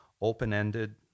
open-ended